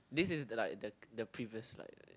this is the like the the previous like